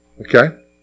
Okay